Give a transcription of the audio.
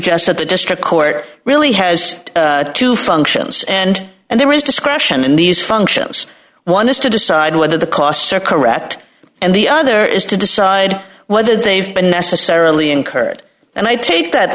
that the district court really has two functions and and there is discretion in these functions one is to decide whether the costs are correct and the other is to decide whether they've been necessarily incurred and i take that